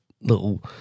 little